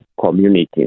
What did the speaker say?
community